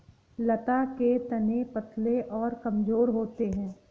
लता के तने पतले और कमजोर होते हैं